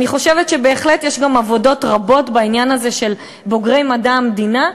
אני חושבת שבהחלט יש גם עבודות רבות בעניין הזה של בוגרי מדע המדינה,